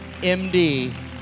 md